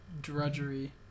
drudgery